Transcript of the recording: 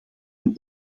een